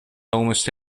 almost